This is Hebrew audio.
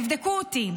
תבדקו אותי,